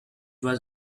was